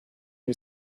who